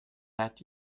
that